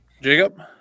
Jacob